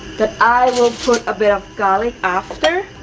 that, i will put a bit of garlic after